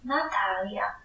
Natalia